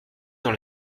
dans